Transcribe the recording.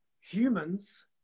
Humans